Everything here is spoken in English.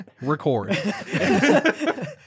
Record